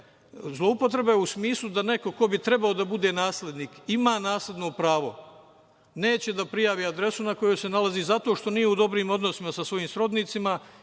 Zloupotrebe u smislu da neko ko bi trebao da bude naslednik, ima nasledno pravo, neće da prijavi adresu na kojoj se nalazi zato što nije u dobrim odnosima sa svojim srodnicima